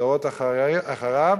הדורות אחריו